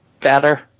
better